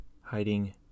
hiding